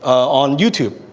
on youtube,